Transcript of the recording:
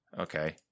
Okay